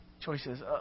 Choices